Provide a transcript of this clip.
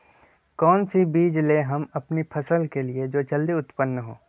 कौन सी बीज ले हम अपनी फसल के लिए जो जल्दी उत्पन हो?